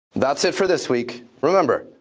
that's it for this week. remember,